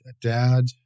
dad